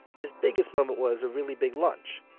his biggest moment was a really big lunch.